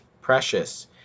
precious